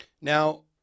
now